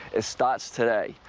it starts today.